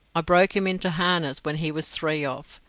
i broke him into harness when he was three off.